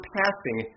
passing